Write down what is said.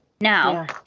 Now